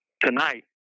Tonight